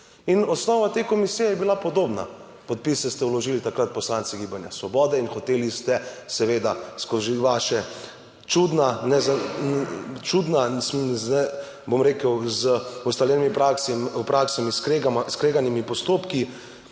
in osnova te komisije je bila podobna. Podpise ste vložili takrat poslanci gibanja Svoboda in hoteli ste seveda skozi vaše čudna, z ustaljenimi praksami skreganimi postopki